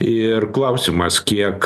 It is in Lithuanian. ir klausimas kiek